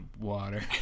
water